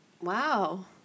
Wow